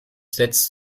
setzt